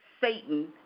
Satan